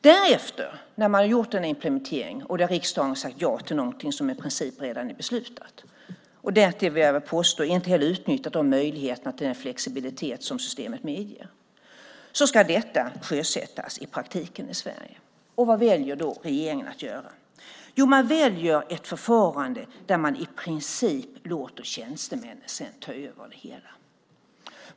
Därefter, när man har gjort denna implementering och riksdagen har sagt ja till någonting som i princip redan är beslutat och därtill, vill jag påstå, inte utnyttjat de möjligheter till flexibilitet som systemet medger, ska detta sjösättas i praktiken i Sverige. Vad väljer då regeringen att göra? Jo, man väljer ett förfarande där man i princip låter tjänstemän ta över det hela.